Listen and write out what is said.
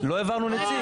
לא העברנו נציג.